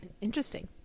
Interesting